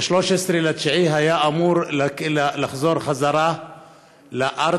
ב-13 בספטמבר הוא היה אמור לחזור חזרה לארץ,